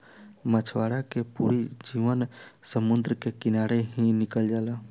मछवारा के पूरा जीवन समुंद्र के किनारे ही निकल जाला